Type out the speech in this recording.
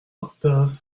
octave